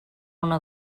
una